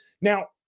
Now